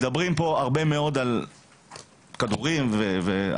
מדברים פה הרבה מאוד על כדורים ואת